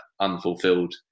unfulfilled